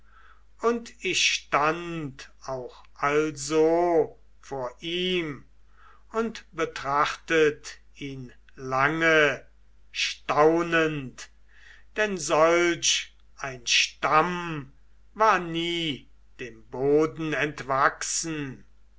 und ich stand auch also vor ihm und betrachtet ihn lange staunend denn solch ein stamm war nie dem boden entwachsen